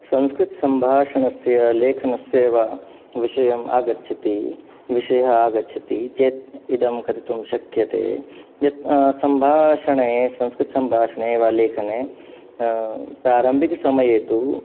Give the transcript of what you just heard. संस्कृतसम्भाषणस्य लेखनस्य वा विषयम् आगच्छति विषयः आगच्छति चेत् इदं कथितुं शक्यते यत् सम्भाषणे संस्कृतसम्भाषणे वा लेखने प्रारम्भिक समये तु